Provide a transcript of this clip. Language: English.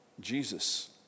Jesus